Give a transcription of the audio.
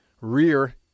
rear